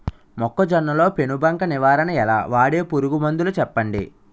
మొక్కజొన్న లో పెను బంక నివారణ ఎలా? వాడే పురుగు మందులు చెప్పండి?